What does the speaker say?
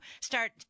start